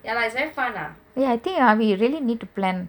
ya I think we really need to plan